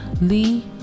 Lee